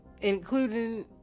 including